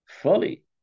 fully